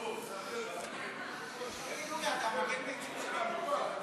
תגיד, אורי, אתה מגן הביצים של הממשלה?